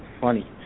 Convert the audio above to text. funny